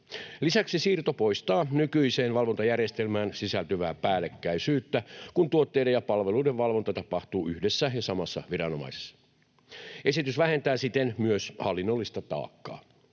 Lisäksi siirto poistaa nykyiseen valvontajärjestelmään sisältyvää päällekkäisyyttä, kun tuotteiden ja palveluiden valvonta tapahtuu yhdessä ja samassa viranomaisessa. Esitys vähentää siten myös hallinnollista taakkaa.